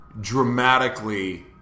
dramatically